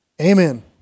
amen